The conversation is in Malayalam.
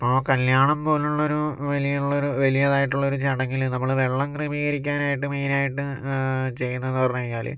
ആ കല്യാണം പോലുള്ളൊരു വിലയുള്ളൊരു വലിയതായിട്ടുള്ളൊരു ചടങ്ങില് നമ്മള് വെള്ളം ക്രമീകരിക്കാനായിട്ട് മെയിനായിട്ട് ചെയ്യുന്നതെന്നു പറഞ്ഞു കഴിഞ്ഞാല്